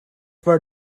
were